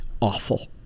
awful